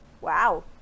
Wow